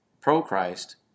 pro-Christ